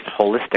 holistic